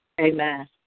Amen